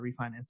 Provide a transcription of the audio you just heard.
refinance